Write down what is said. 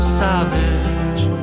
savage